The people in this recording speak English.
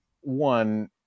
one